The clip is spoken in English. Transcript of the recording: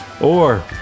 Or-